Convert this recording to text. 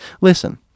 Listen